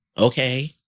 Okay